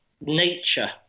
Nature